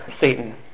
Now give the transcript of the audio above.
Satan